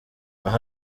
aho